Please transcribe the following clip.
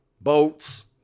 boats